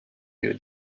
you